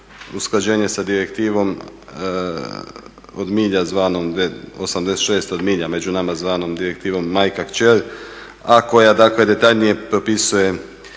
usklađenje sa Direktivom 86, od milja među nama zvanom direktivom majka kćer, a koja dakle detaljnije propisuje